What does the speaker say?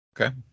Okay